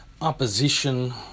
opposition